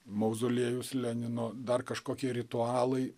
mauzoliejus lenino dar kažkokie ritualai